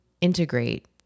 integrate